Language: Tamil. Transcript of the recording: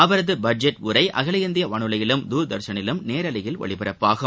அவரது பட்ஜெட் உரை அகில இந்திய வானொலியிலும் தூர்தர்ஷனிலும் நேரவையில் ஒலிபரப்பாகும்